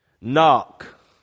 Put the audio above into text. Knock